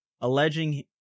alleging